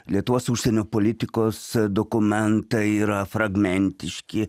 lietuvos užsienio politikos dokumentai yra fragmentiški